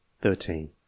thirteen